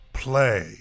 play